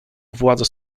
władze